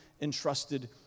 entrusted